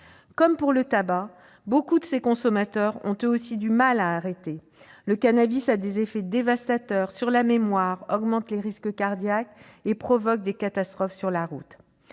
Comme pour le tabac, nombre de ses consommateurs peinent, eux aussi, à arrêter. Le cannabis a des effets dévastateurs sur la mémoire, il augmente les risques cardiaques et provoque des catastrophes sur la route.